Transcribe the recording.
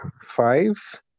five